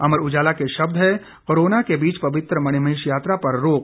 अमर उजाला के शब्द हैं कोरोना के बीच पवित्र मणिमहेश यात्रा पर रोक